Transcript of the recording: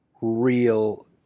real